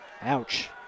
Ouch